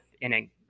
inning